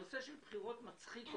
הנושא של בחירות מצחיק אותנו,